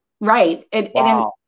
Right